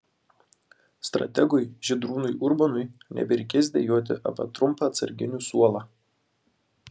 strategui žydrūnui urbonui nebereikės dejuoti apie trumpą atsarginių suolą